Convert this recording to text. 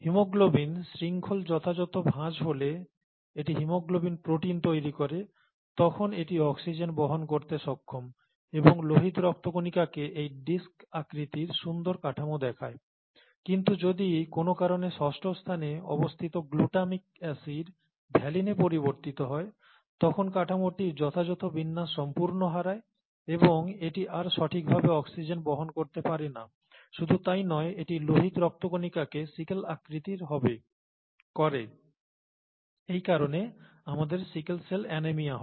haemoglobin শৃঙ্খল যথাযথ ভাঁজ হলে এটি হিমোগ্লোবিন প্রোটিন তৈরি করে তখন এটি অক্সিজেন বহন করতে সক্ষম এবং লোহিত রক্ত কণিকাকে এই ডিস্ক আকৃতির সুন্দর কাঠামো দেখায় কিন্তু যদি কোন কারণে ষষ্ঠ স্থানে অবস্থিত গ্লুটামিক অ্যাসিড ভ্যালিনে পরিবর্তিত হয় তখন কাঠামোটি যথাযথ বিন্যাস সম্পূর্ণ হারায় এবং এটি আর সঠিকভাবে অক্সিজেন বহন করতে পারে না শুধু তাই নয় এটি লোহিত রক্তকণিকাকে সিকেল আকৃতির করে এই কারণে আমাদের সিকেল সেল অ্যানিমিয়া হয়